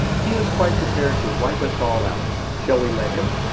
he is quite prepared to wipe us all out. shall we let him?